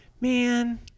man